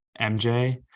MJ